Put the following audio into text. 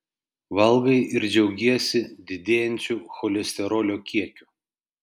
valgai ir džiaugiesi didėjančiu cholesterolio kiekiu